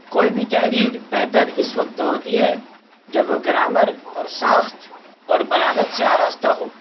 کوئی بھی تحریر بہتر اس وقت ہوتی ہے جب وہ گرامر اور ساخت اور بلاغت سے آراستہ ہو